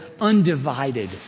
undivided